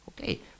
Okay